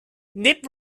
nip